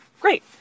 great